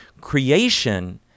creation